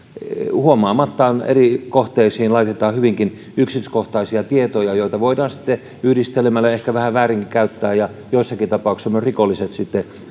huomaamatta eri kohteisiin laitetaan hyvinkin yksityiskohtaisia tietoja joita voidaan sitten yhdistelemällä ehkä vähän väärinkin käyttää joissakin tapauksissa myös rikolliset sitten